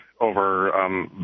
over